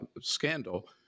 scandal